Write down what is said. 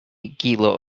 kilo